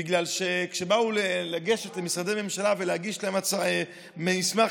בגלל שכשבאו לגשת למשרדי ממשלה ולהגיש להם מסמך